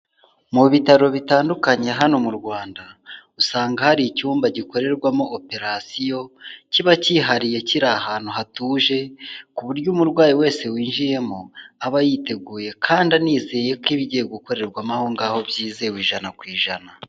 Mu bitaro bitandukanye hano mu Rwanda, usanga hari icyumba gikorerwamo operasiyo, kiba cyihariye kiri ahantu hatuje ku buryo umurwayi wese winjiyemo aba yiteguye kandi anizeye ko ibigiye gukorerwamo aho ngaho byizewe ijana ku ijana.